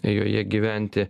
joje gyventi